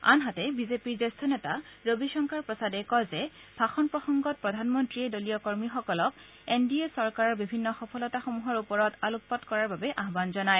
আনহাতে বিজেপিৰ জ্যেষ্ঠ নেতা ৰবিশংকৰ প্ৰসাদে কয় যে ভাষণ প্ৰসংগত প্ৰধানমন্ত্ৰীয়ে দলীয় কৰ্মীসকলক এন ডি এ চৰকাৰৰ বিভিন্ন সফলতাসমূহৰ ওপৰত আলোকপাত কৰাৰ বাবে আহান জনায়